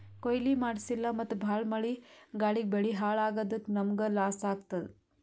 ಕೊಯ್ಲಿ ಮಾಡ್ಸಿಲ್ಲ ಮತ್ತ್ ಭಾಳ್ ಮಳಿ ಗಾಳಿಗ್ ಬೆಳಿ ಹಾಳ್ ಆಗಾದಕ್ಕ್ ನಮ್ಮ್ಗ್ ಲಾಸ್ ಆತದ್